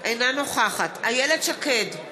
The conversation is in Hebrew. אינה נוכחת איילת שקד,